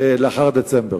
לאחר דצמבר.